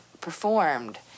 performed